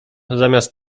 zamiast